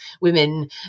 women